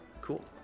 cool